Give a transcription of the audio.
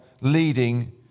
leading